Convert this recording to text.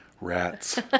Rats